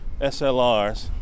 SLRs